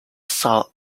soul